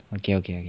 okay okay